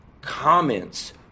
comments